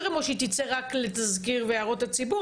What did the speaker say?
שזה אומר שהיא תצא רק לתזכיר והערות הציבור,